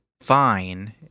fine